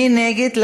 מי נגד?